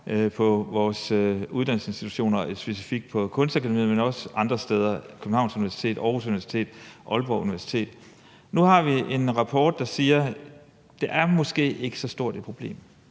på vores uddannelsesinstitutioner, specifikt på Kunstakademiet, men også andre steder som Københavns Universitet, Aarhus Universitet, Aalborg Universitet: Nu har vi en rapport, der siger, at det måske ikke er så stort et problem,